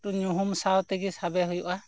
ᱮᱠᱴᱩ ᱧᱩᱦᱩᱢ ᱥᱟᱶ ᱛᱮᱜᱮ ᱥᱟᱵᱮ ᱦᱩᱭᱩᱜᱼᱟ